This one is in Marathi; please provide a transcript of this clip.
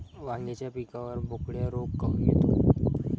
वांग्याच्या पिकावर बोकड्या रोग काऊन येतो?